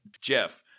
Jeff